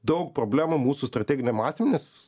daug problemų mūsų strateginiam mastyme nes